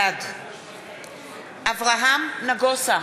בעד אברהם נגוסה,